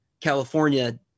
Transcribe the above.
California